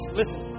listen